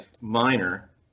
minor